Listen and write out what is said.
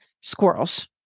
squirrels